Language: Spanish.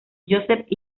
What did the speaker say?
joseph